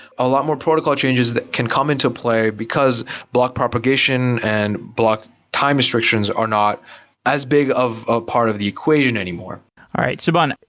a lot more protocol changes that can come into play, because block propagation and block time restrictions are not as big a part of the equation anymore all right. subhan,